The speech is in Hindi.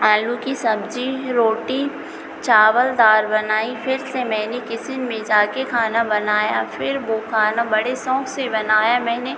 आलू की सब्ज़ी रोटी चावल दाल बनाई फिर से मैंने किसेन में जाकर खाना बनाया फिर वह खाना बड़े शौक़ से बनाया मैंने